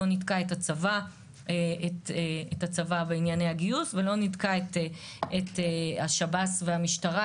לא נתקע את הצבא וענייני הגיוס ולא נתקע את השב"ס והמשטרה,